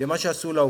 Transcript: במה שעשו לעובדים.